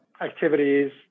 activities